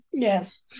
yes